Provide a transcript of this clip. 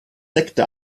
sekte